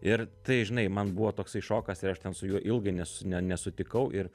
ir tai žinai man buvo toksai šokas ir aš ten su juo ilgai nes ne nesutikau ir